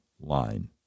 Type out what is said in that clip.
line